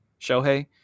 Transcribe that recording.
Shohei